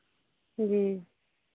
जी